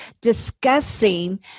discussing